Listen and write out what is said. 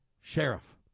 sheriff